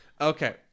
Okay